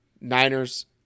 Niners